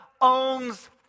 owns